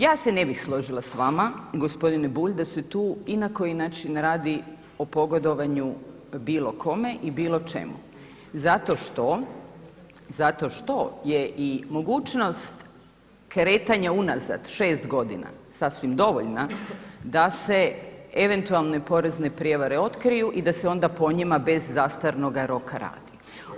Ja se ne bih složila s vama gospodine Bulj da se tu i na koji način radi o pogodovanju bilo kome i bilo čemu, zato što je i mogućnost kretanja unazad šest godina sasvim dovoljna da se eventualne porezne prijevare otkriju i da se onda po njima bez zastarnoga roka radi.